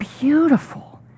beautiful